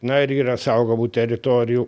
na ir yra saugomų teritorijų